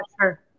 sure